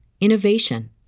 innovation